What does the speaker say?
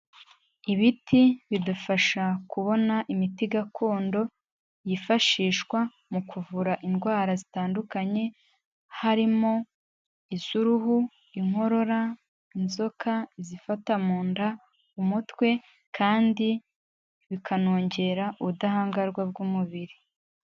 Ibiti bidufasha kubona imiti gakondo, yifashishwa mu kuvura indwara zitandukanye, harimo iz'uruhu, inkorora, inzoka zifata mu nda, umutwe kandi bikanongera ubudahangarwa bw'umubiri.